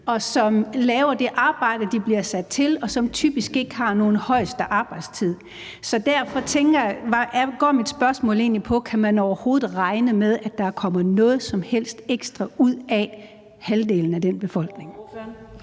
og som laver det arbejde, de bliver sat til, og som typisk ikke har nogen højeste arbejdstid. Så derfor går mit spørgsmål egentlig på: Kan man overhovedet regne med, at der kommer noget som helst ekstra ud af halvdelen af befolkningen?